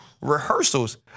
rehearsals